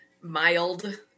mild